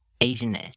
Asian